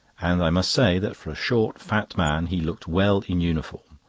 and i must say that for a short fat man he looked well in uniform,